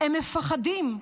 הם מפחדים.